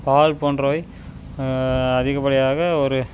பால் போன்றவை அதிகப்படியாக ஒரு